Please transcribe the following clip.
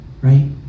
right